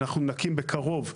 ואנחנו נקים בקרוב,